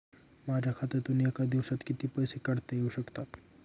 माझ्या खात्यातून एका दिवसात किती पैसे काढता येऊ शकतात?